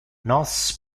nos